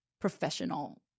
professional